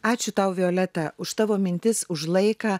ačiū tau violeta už tavo mintis už laiką